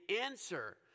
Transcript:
answer